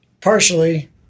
Partially